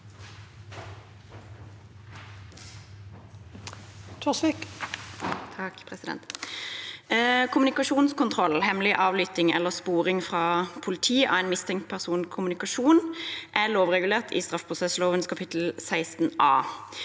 Kommu- nikasjonskontroll, hemmelig avlytting eller sporing fra politiet av en mistenkt personkommunikasjon er lovregulert i straffeprosessloven kap. 16 a.